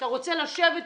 אתה רוצה לשבת אתי,